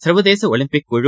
சர்வதேசஒலிப்பிக் குழு